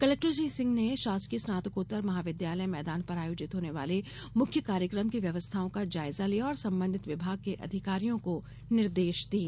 collector Shri Singh ने षासकीय स्नातकोत्तर महाविद्यालय मैदान पर आयोजित होने वाले मुख्य कार्यक्रम की व्यवस्थाओं का जायजा लिया और संबंधित विभागों के अधिकारियों को निर्देष दिए